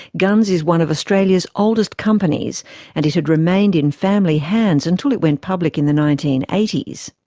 gunns is one of australia's oldest companies and it had remained in family hands until it went public in the nineteen eighty s.